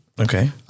Okay